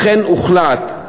הוחלט,